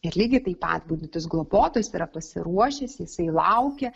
ir lygiai taip pat budintis globotojas yra pasiruošęs jisai laukia